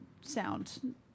sound